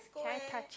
can I touch it